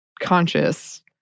conscious